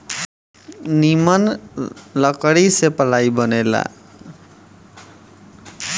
निमन लकड़ी से पालाइ बनेला